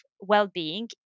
well-being